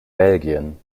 belgien